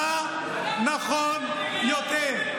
מה נכון יותר,